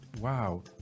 wow